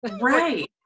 Right